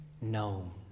known